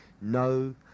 no